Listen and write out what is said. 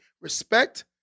respect